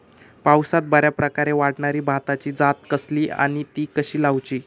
पावसात बऱ्याप्रकारे वाढणारी भाताची जात कसली आणि ती कशी लाऊची?